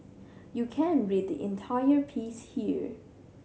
you can read the entire piece here